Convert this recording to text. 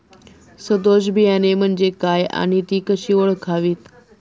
सदोष बियाणे म्हणजे काय आणि ती कशी ओळखावीत?